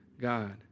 God